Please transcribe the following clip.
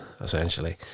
essentially